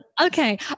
Okay